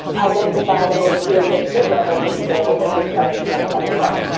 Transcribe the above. identify the most serious mid-level perpetrators and bring charges against them as well.